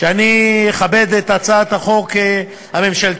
שאני אכבד את הצעת החוק הממשלתית.